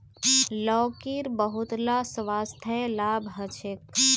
लौकीर बहुतला स्वास्थ्य लाभ ह छेक